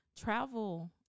travel